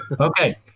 Okay